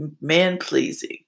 man-pleasing